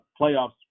playoffs